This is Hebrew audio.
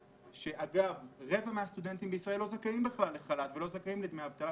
רבע מהסטודנטים בישראל לא זכאים בכלל לחל"ת ולא לדמי אבטלה,